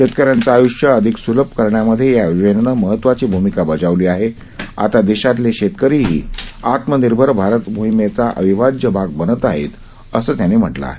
शेतकऱ्यांचं आयुष्य अधिक सुलभ करण्यामधे या योजनेनं महत्वाची भूमिका बजावली आहे आता देशातले शेतकरीही आत्मनिर्भर भारत मोहिमेचा अविभाज्य भाग बनत आहेत असं त्यांनी म्हटलं आहे